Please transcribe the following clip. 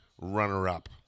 runner-up